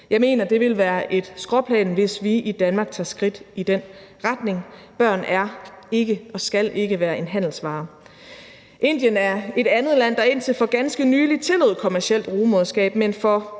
Jeg mener, at vi vil bevæge os ud på et skråplan, hvis vi i Danmark tager skridt i den retning. Børn er ikke og skal ikke være en handelsvare. Indien er et andet land, der indtil for ganske nylig tillod kommercielt rugemoderskab, men for